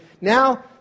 now